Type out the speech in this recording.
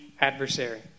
adversary